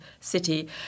city